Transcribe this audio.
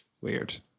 Weird